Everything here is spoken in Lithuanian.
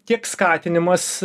tiek skatinimas